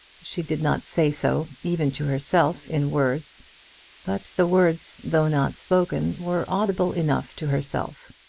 she did not say so, even to herself, in words but the words, though not spoken, were audible enough to herself.